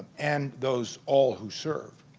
and those all who served